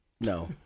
No